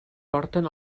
porten